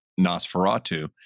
nosferatu